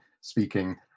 speaking